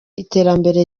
iterambere